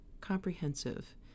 comprehensive